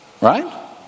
Right